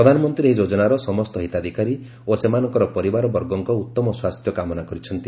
ପ୍ରଧାନମନ୍ତ୍ରୀ ଏହି ଯୋଜନାର ସମସ୍ତ ହିତାଧିକାରୀ ଓ ସେମାନଙ୍କର ପରିବାର ବର୍ଗଙ୍କ ଉତ୍ତମ ସ୍ୱାସ୍ଥ୍ୟ କାମନା କରିଛନ୍ତି